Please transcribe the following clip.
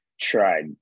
tried